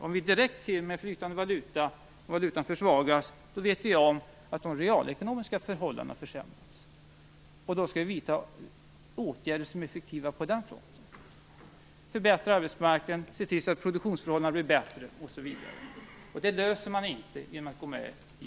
Om vi med flytande valuta direkt ser valutan försvagas, så vet vi att de realekonomiska förhållandena försämras. Då skall vi vidta åtgärder som är effektiva på den punkten; förbättra arbetsmarknaden, se till att produktionsförhållandena blir bättre osv. Det löser man inte genom att gå med i